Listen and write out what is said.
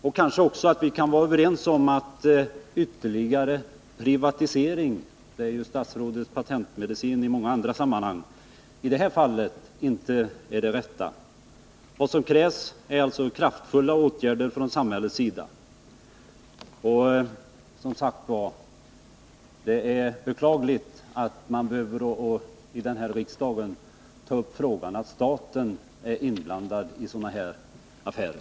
Och vi kanske också kan vara överens om att ytterligare privatisering — det är ju statsrådets patentmedicin i många andra sammanhang —i det här fallet inte är det rätta. Vad som krävs är alltså kraftfulla åtgärder från samhällets sida, och det är som sagt beklagligt att man här i riksdagen skall behöva ta upp frågan om att staten är inblandad i sådana här affärer.